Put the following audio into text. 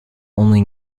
only